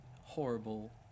horrible